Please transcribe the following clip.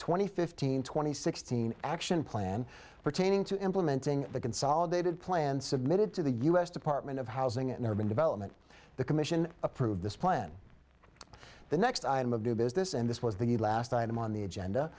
and fifteen twenty sixteen action plan pertaining to implementing the consolidated plan submitted to the u s department of housing and urban development the commission approved this plan the next item of do business and this was the last item on the agenda